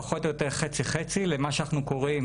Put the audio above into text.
אנחנו היינו